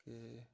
कि